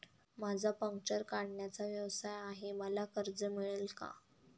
माझा पंक्चर काढण्याचा व्यवसाय आहे मला कर्ज मिळेल का?